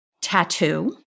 Tattoo